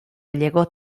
llegó